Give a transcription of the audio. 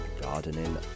gardening